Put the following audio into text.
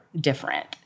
different